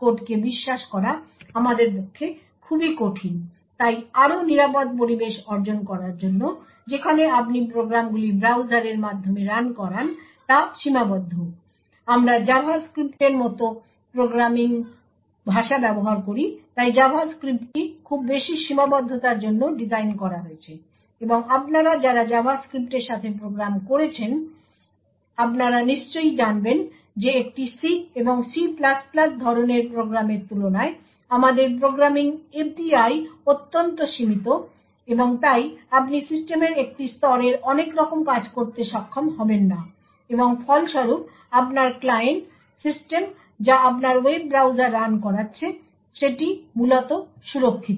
কোডকে বিশ্বাস করা আমাদের পক্ষে খুবই কঠিন তাই আরও নিরাপদ পরিবেশ অর্জন করার জন্য যেখানে আপনি প্রোগ্রামগুলি ব্রাউজারের মাধ্যমে রান কোরান তা সীমাবদ্ধ আমরা জাভাস্ক্রিপ্টের মতো প্রোগ্রামিং ভাষা ব্যবহার করি তাই জাভাস্ক্রিপ্টটি খুব বেশি সীমাবদ্ধতার জন্য ডিজাইন করা হয়েছে এবং আপনারা যারা জাভাস্ক্রিপ্টের সাথে প্রোগ্রাম করেছেন আপণর জানবেন যে একটি C এবং C ধরণের প্রোগ্রামের তুলনায় আমাদের প্রোগ্রামিং এপিআই অত্যন্ত সীমিত এবং তাই আপনি সিস্টেমের একটি স্তরের অনেকরকম কাজ করতে সক্ষম হবেন না এবং ফলস্বরূপ আপনার ক্লায়েন্ট সিস্টেম যা আপনার ওয়েব ব্রাউজার রান করাচ্ছে সেটি মূলত সুরক্ষিত